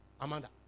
Amanda